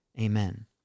Amen